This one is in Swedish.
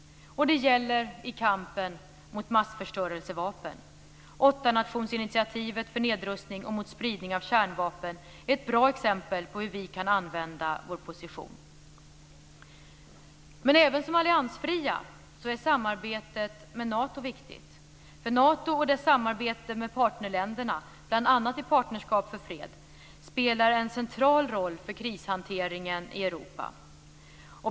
Det gäller också i kampen mot massförstörelsevapen. Åttanationersinitiativet för nedrustning och mot spridning av kärnvapen är ett bra exempel på hur vi kan använda vår position. Men även för oss som alliansfria är samarbetet med Nato viktigt. Nato spelar ju i sitt samarbete med partnerländerna, bl.a. i Partnerskap för fred, en central roll för krishanteringen i Europa.